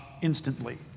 instantly